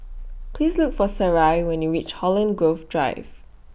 Please Look For Sarai when YOU REACH Holland Grove Drive